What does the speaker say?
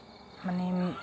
মানে